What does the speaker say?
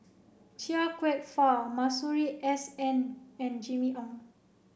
Chia Kwek Fah Masuri S N and Jimmy Ong